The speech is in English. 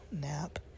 nap